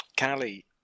Callie